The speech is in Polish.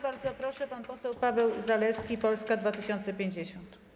Bardzo proszę, pan poseł Paweł Zalewski, Polska 2050.